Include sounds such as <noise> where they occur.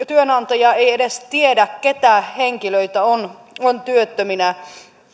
<unintelligible> työnantaja ei edes tiedä keitä henkilöitä on on työttöminä